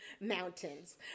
mountains